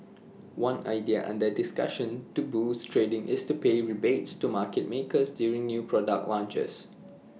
one idea under discussion to boost trading is to pay rebates to market makers during new product launches